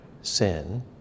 sin